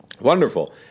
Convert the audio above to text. Wonderful